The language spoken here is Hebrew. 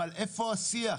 אבל איפה השיח?